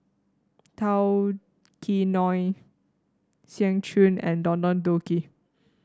Tao Kae Noi Seng Choon and Don Don Donki